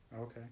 Okay